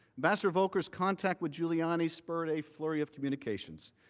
ambassador volker's contact with giuliani spurred a flurry of communications.